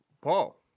Paul